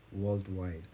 worldwide